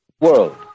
World